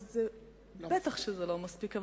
אבל מובן שזה לא מספיק.